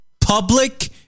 public